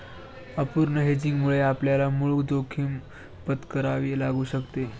अपूर्ण हेजिंगमुळे आपल्याला मूळ जोखीम पत्करावी लागू शकते